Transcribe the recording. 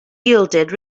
yielded